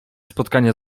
spotkania